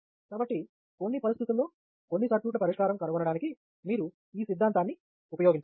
కాబట్టి కొన్ని పరిస్థితులలో కొన్ని సర్క్యూట్ల పరిష్కారం కనుగొనడానికి మీరు ఈ సిద్ధాంతాన్ని ఉపయోగించవచ్చు